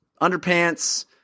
underpants